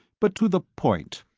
but to the point.